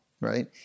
right